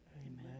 Amen